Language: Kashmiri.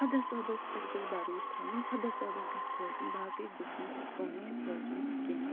خۄدا صٲبس پٮ۪ٹھ گَژھِ بروسہٕ تھاوُن خۄدا صٲبس گَژھِ کھوژُن باقٕے گوٚژھ نہٕ کٲنٛسہِ تہِ کھوژُن کیٚنٛہہ